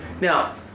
Now